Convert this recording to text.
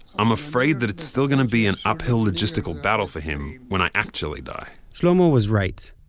i'm afraid that it's still gonna be an uphill logistic ah battle for him when i actually die shlomo was right.